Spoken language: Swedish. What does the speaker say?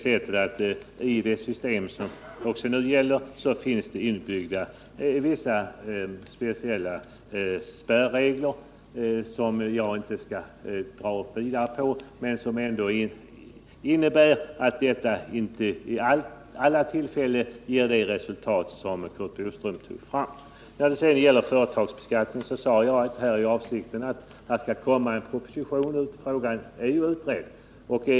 I det nuvarande systemet finns också vissa speciella spärregler inbyggda som jag här inte skall gå närmare in på, men de innebär trots allt att vi inte vid alla tillfällen får det resultat som Curt Boström ville göra gällande. I fråga om företagsbeskattningen sade jag att avsikten var att det skall läggas fram en proposition. Frågan är ju redan utredd.